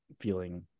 feeling